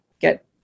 get